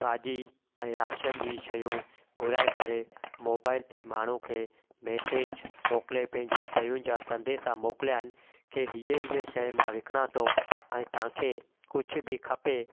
भाॼी ऐं राशन जी शयूं घुराए करे मोबाइल ते माण्हू खे मैसेज मोकिले पंहिंजी शयुनि जा संदेशा मोकिलिया आहिनि की इहे इहे शइ मां विकिणां थो ऐं तव्हांखे कुझु बि खपे